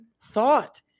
thought